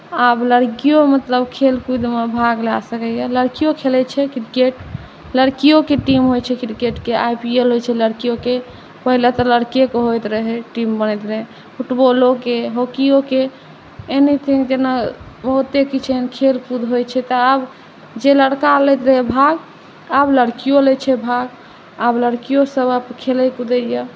आब लड़कियो मतलब खेल कूदमे भाग लए सकैए लड़किओ खेलैत छै क्रिकेट लड़किओके टीम होइत छै क्रिकेटके आई पी एल होइत छै लड़किओके पहिले तऽ लड़केके होइत रहै टीम बनैत रहै फुटबॉलोके हॉकियोके एनीथिंग जेना बहुते किछु एहन खेल कूद होइत छै तऽ आब जे लड़का लैत रहै भाग आब लड़किओ लैत छै भाग आब लड़किओसभ खेलै कूदैए